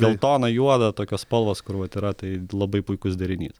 geltona juoda tokios spalvos kur vat yra tai labai puikus derinys